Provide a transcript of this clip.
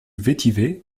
vetiver